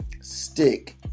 Stick